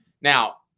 Now